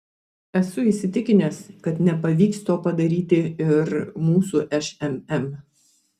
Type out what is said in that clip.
esu įsitikinęs kad nepavyks to padaryti ir mūsų šmm